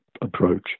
approach